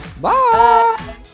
Bye